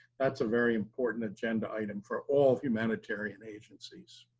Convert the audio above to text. that's a very important agenda item for all humanitarian agencies.